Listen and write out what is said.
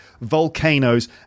volcanoes